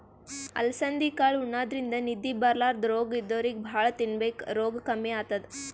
ಅಲಸಂದಿ ಕಾಳ್ ಉಣಾದ್ರಿನ್ದ ನಿದ್ದಿ ಬರ್ಲಾದ್ ರೋಗ್ ಇದ್ದೋರಿಗ್ ಭಾಳ್ ತಿನ್ಬೇಕ್ ರೋಗ್ ಕಮ್ಮಿ ಆತದ್